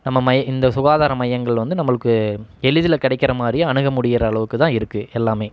நம்ம மை இந்த சுகாதார மையங்கள் வந்து நம்பளுக்கு எளிதில் கிடைக்கிற மாதிரி அணுக முடியுற அளவுக்கு தான் இருக்குது எல்லாம்